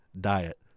diet